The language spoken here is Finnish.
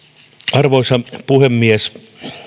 arvoisa puhemies